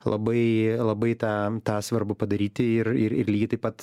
labai labai tą tą svarbu padaryti ir ir ir lygiai taip pat